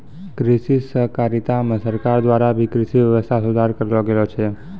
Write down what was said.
कृषि सहकारिता मे सरकार द्वारा भी कृषि वेवस्था सुधार करलो गेलो छै